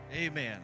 Amen